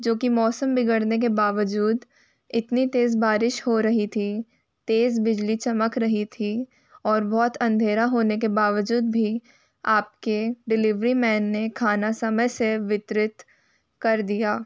जो कि मौसम बिगड़ने के बावजूद इतनी तेज़ बारिश हो रही थी तेज़ बिजली चमक रही थी और बहुत अंधेरा होने के बावजूद भी आपके डिलीवरी मैन ने खाना समय से वितरित कर दिया